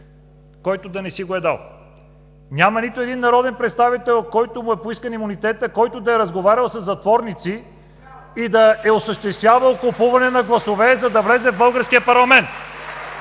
който да не си го е дал. Няма нито един народен представител, на който му е поискан имунитета, който да е разговарял със затворници и да е осъществявал купуване на гласове, за да влезе в българския парламент.